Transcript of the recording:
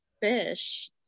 fish